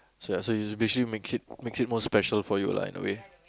so ya so you basically makes it makes it more special for you lah in a way